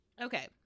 Okay